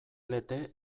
lete